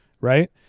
right